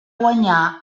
guanyar